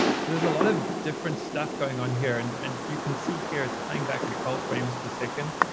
so there's a lot of different stuff going on here. and and you can see here it's playing back at twelve frames per second.